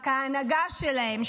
רק ההנהגה שלהם,